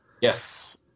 Yes